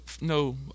no